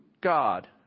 God